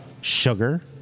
sugar